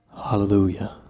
Hallelujah